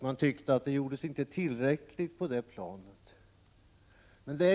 Man tyckte att det inte görs tillräckligt i det avseendet.